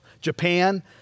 Japan